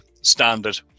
standard